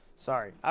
Sorry